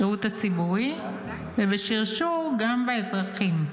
בשירות הציבורי ובשרשור גם באזרחים.